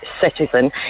citizen